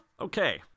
okay